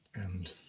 and